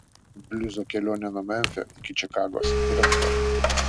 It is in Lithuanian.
bliuzo kelionė nuo memfio iki čikagos ir atgal